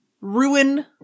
ruin